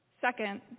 Second